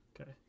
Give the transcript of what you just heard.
Okay